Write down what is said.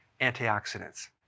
antioxidants